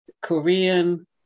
Korean